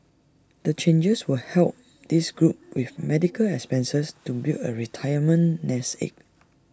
the changes will help this group with medical expenses to build A retirement nest egg